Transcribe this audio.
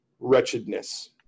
wretchedness